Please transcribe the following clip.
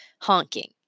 honking